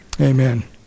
Amen